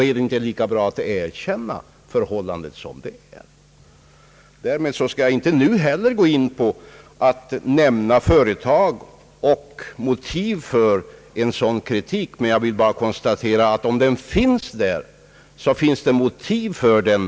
är det inte lika bra att inse att det är så? Jag skall inte heller gå in på att nämna företag och motiv för kritik, utan bara konstatera att om det förekommer kritik, så finns det också motiv för den.